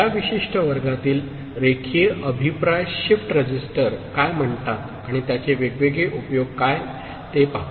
या विशिष्ट वर्गातील रेखीय अभिप्राय शिफ्ट रजिस्टर काय म्हणतात आणि त्याचे वेगवेगळे उपयोग काय ते पाहू